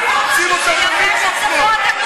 העבודה,